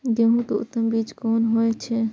गेंहू के उत्तम बीज कोन होय छे?